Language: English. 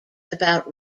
about